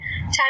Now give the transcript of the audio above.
time